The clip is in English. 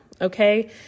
okay